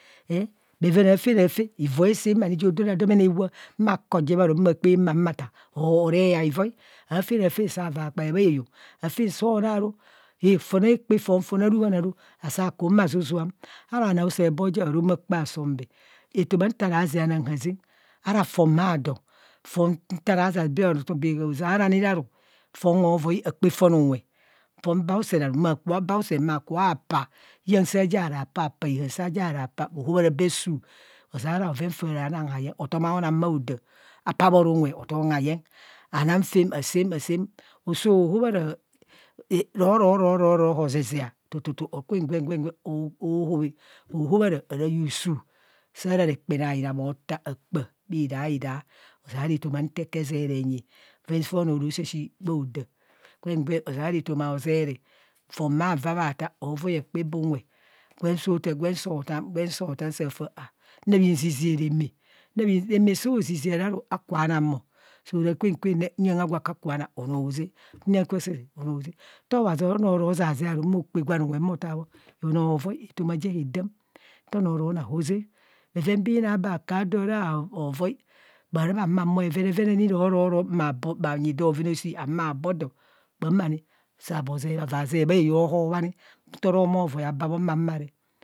Bhoven afen afen, iva a saa ma ni jo ro ra adomene wap ma ko je ma kpa ma tan horep havai. afen afen saa vaa kpae bhaeyong afan soo ona ru fon aekpefon fan a ruhan aru asaa kum bha zuzuam ara khanoo auseree bho ja bharom bhakpa song bee etoma ntara zeng anang hazeng ara fon bha don, fon ozearani ra ru hovoi akpa fon unwe, fon bha usere aru maa ku bha paa hiyeng saa jara paa ozeara bhoven faa raa nang hayeng hotom hayeng